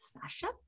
Sasha